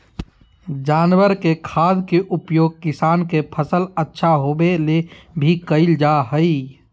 जानवर के खाद के उपयोग किसान के फसल अच्छा होबै ले भी कइल जा हइ